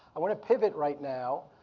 i wanna pivot right now.